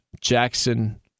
Jackson